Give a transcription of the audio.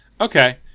okay